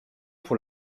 pour